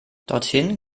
dorthin